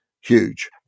huge